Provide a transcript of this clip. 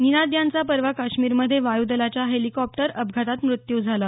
निनाद यांचा परवा काश्मीरमध्ये वायूदलाच्या हेलिकॉप्टर अपघातात मृत्यू झाला